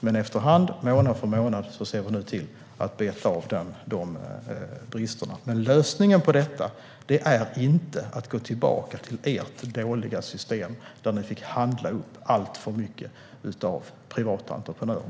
Men efter hand, månad för månad, ser vi nu till att beta av dessa brister. Lösningen på detta är dock inte att gå tillbaka till ert dåliga system där ni fick handla upp alltför mycket av privata entreprenörer.